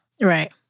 Right